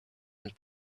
and